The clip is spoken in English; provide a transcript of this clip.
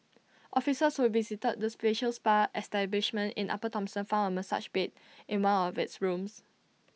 officers who visited this facial spa establishment in upper Thomson farm A massage bed in one of its rooms